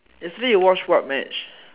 yesterday you watch what match